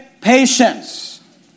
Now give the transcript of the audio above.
patience